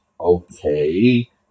Okay